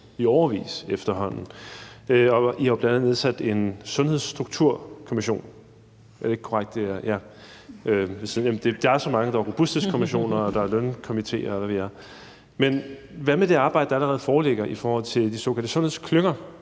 i årevis efterhånden. Og vi har jo bl.a. nedsat en Sundhedsstrukturkommission. Er det ikke korrekt? Der er så mange; der er robusthedskommissioner og lønkomitéer, og hvad ved jeg. Men hvad med det arbejde, der allerede foreligger i forhold til de såkaldte sundhedsklynger?